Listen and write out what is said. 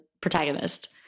protagonist